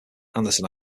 anderson